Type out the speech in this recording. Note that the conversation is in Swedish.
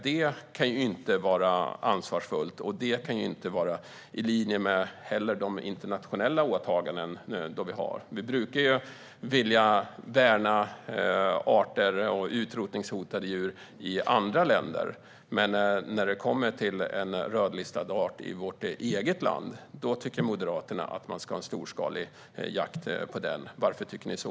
Det kan inte vara ansvarsfullt och inte heller vara i linje med våra internationella åtaganden. Vi brukar ju vilja värna arter och utrotningshotade djur i andra länder. Men när det kommer till en rödlistad art i vårt eget land tycker Moderaterna att man ska ha en storskalig jakt på den. Varför tycker ni så?